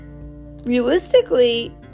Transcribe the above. realistically